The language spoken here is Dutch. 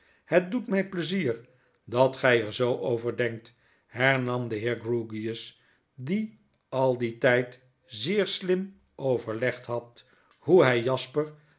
het doet my pleizier dat gy er zoo over denkt hernam de heer grewgious die al dien tyd zeer slim overlegd had hoe hij jasper